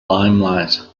limelight